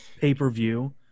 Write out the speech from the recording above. pay-per-view